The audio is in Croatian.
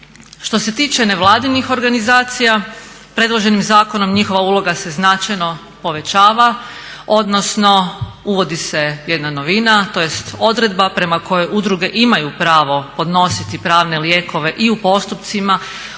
Što se tiče nevladinih organizacija predloženim zakonom njihova uloga se značajno povećava, odnosno uvodi se jedna novina tj. odredba prema kojoj udruge imaju pravo podnositi pravne lijekove i u postupcima